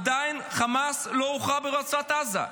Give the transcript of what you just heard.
עדיין חמאס לא הוכרע ברצועת עזה,